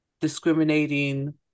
discriminating